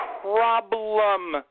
problem